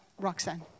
Roxanne